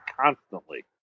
constantly